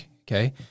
Okay